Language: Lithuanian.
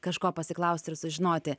kažko pasiklausti ar sužinoti